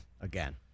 Again